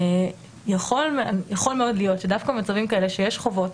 יכול מאוד להיות שדווקא במצבים כאלה שיש חובות,